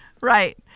Right